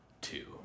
two